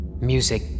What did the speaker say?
Music